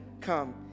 come